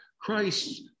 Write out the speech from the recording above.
Christ